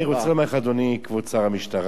אני רוצה לומר לך, אדוני כבוד שר המשטרה,